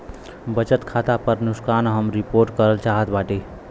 बचत खाता पर नुकसान हम रिपोर्ट करल चाहत बाटी